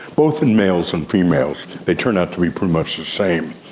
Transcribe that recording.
both in males and females. they turn out to be pretty much the same.